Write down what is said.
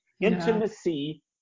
Intimacy